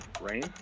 Rain